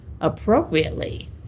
appropriately